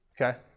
Okay